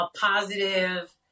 positive